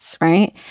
right